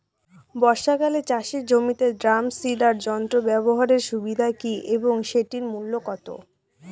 বর্ষাকালে চাষের জমিতে ড্রাম সিডার যন্ত্র ব্যবহারের সুবিধা কী এবং সেটির মূল্য কত?